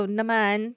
naman